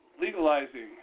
legalizing